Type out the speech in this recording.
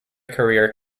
career